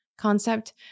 concept